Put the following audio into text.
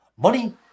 Money –